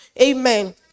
amen